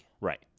right